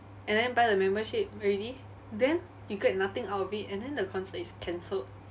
and then buy the membership already then you get nothing out of it and then the concert is cancelled